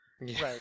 Right